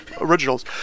originals